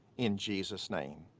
in jesus' name.